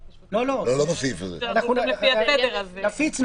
למקום אחד, אבל זה כבר עניין של